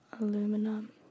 Aluminum